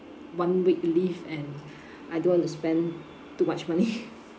one week leave and I don't want to spend too much money